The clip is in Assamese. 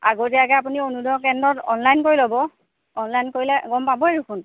আগতীয়াকে আপুনি অৰুণোদয় কেন্দ্ৰত অনলাইন কৰি ল'ব অনলাইন কৰিলে গম পাবই দেখোন